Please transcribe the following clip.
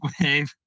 wave